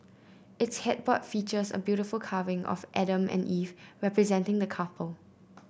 its headboard features a beautiful carving of Adam and Eve representing the couple